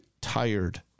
tired